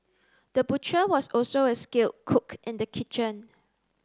the butcher was also a skilled cook in the kitchen